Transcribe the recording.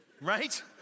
Right